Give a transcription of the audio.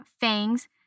fangs